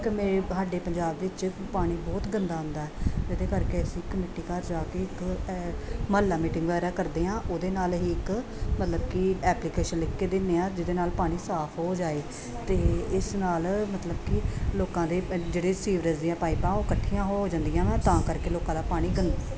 ਇੱਕ ਸਾਡੇ ਪੰਜਾਬ ਵਿੱਚ ਪਾਣੀ ਬਹੁਤ ਗੰਦਾ ਆਉਂਦਾ ਇਹਦੇ ਕਰਕੇ ਅਸੀਂ ਕਮੇਟੀ ਘਰ ਜਾ ਕੇ ਐ ਮਹੱਲਾ ਮੀਟਿੰਗ ਵਗੈਰਾ ਕਰਦੇ ਹਾਂ ਉਹਦੇ ਨਾਲ ਅਸੀਂ ਇੱਕ ਮਤਲਬ ਕਿ ਐਪਲੀਕੇਸ਼ਨ ਲਿਖ ਕੇ ਦਿੰਦੇ ਹਾਂ ਜਿਹਦੇ ਨਾਲ ਪਾਣੀ ਸਾਫ ਹੋ ਜਾਏ ਅਤੇ ਇਸ ਨਾਲ ਮਤਲਬ ਕਿ ਲੋਕਾਂ ਦੇ ਜਿਹੜੇ ਸੀਵਰੇਜ ਦੀਆਂ ਪਾਈਪਾਂ ਉਹ ਇਕੱਠੀਆਂ ਹੋ ਜਾਂਦੀਆਂ ਵਾ ਤਾਂ ਕਰਕੇ ਲੋਕਾਂ ਦਾ ਪਾਣੀ ਗੰਦਾ